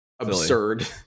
absurd